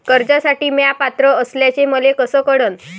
कर्जसाठी म्या पात्र असल्याचे मले कस कळन?